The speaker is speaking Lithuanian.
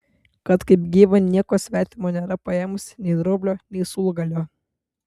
kad kaip gyva nieko svetimo nėra paėmusi nei rublio nei siūlgalio